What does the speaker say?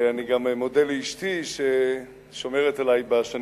אני גם מודה לאשתי ששומרת עלי בשנים